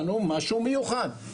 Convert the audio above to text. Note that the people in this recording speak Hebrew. מיוחד.